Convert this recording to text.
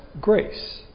grace